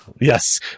Yes